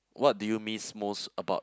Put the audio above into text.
what do you miss most about